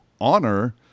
honor